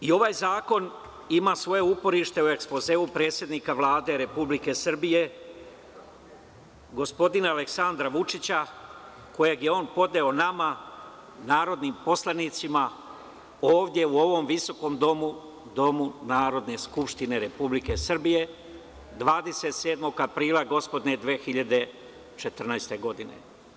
I, ovaj zakon ima svoje uporište u ekspozeu predsednika Vlade Republike Srbije, gospodina Aleksandra Vučića, kojeg je on podneo nama, narodnim poslanicima, ovde u ovom visokom domu, domu Narodne skupštine Republike Srbije, 27. aprila gospodnje 2014. godine.